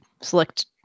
select